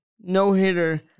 no-hitter